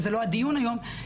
הדיון היום,